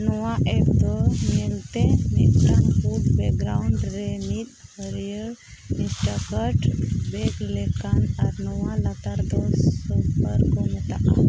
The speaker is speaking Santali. ᱱᱚᱣᱟ ᱮᱯ ᱫᱚ ᱧᱮᱞᱛᱮ ᱢᱤᱫᱴᱟᱝ ᱯᱩᱸᱰ ᱵᱮᱠᱜᱨᱟᱣᱩᱱᱰ ᱨᱮ ᱢᱤᱫ ᱦᱟᱹᱲᱭᱟᱹᱨ ᱤᱱᱥᱴᱟᱠᱟᱨᱴ ᱵᱮᱜᱽ ᱞᱮᱠᱟᱱ ᱟᱨ ᱱᱚᱣᱟ ᱞᱟᱛᱟᱨ ᱫᱚ ᱥᱳᱯᱟᱨ ᱠᱚ ᱢᱮᱛᱟᱜᱼᱟ